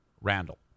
Randall